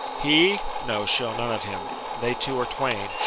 he! no, she'll none of him they two are twain.